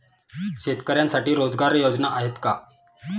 शेतकऱ्यांसाठी रोजगार योजना आहेत का?